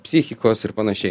psichikos ir panašiai